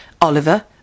Oliver